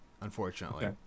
unfortunately